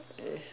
eh